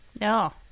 no